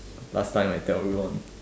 last time I tell you one